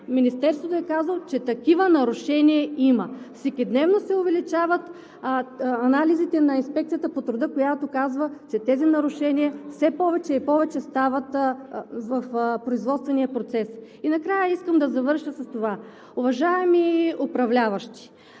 Министерството е казало, че такива нарушения има. Всекидневно се увеличават анализите на Инспекцията по труда, която казва, че тези нарушения все повече и повече стават в производствения процес. И накрая, искам да завърша с това, уважаеми управляващи,